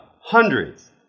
hundreds